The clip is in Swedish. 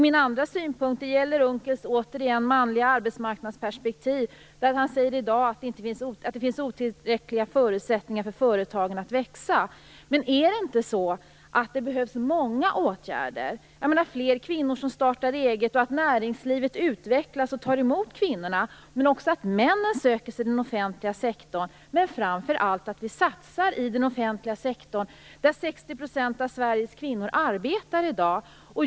Min andra synpunkt gäller återigen Unckels manliga arbetsmarknadsperspektiv. Per Unckel säger i dag att det finns otillräckliga förutsättningar för företagen att växa. Men är det inte så att det behövs många åtgärder? Det behövs att fler kvinnor startar eget och att näringslivet utvecklas och tar emot kvinnorna, men också att männen söker sig till den offentliga sektorn. Framför allt behövs att vi satsar i den offentliga sektorn, där 60 % av Sveriges kvinnor i dag arbetar.